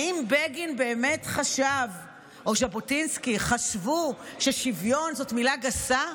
האם בגין או ז'בוטינסקי באמת חשבו ששוויון הוא מילה גסה?